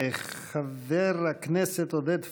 חבר הכנסת עודד פורר,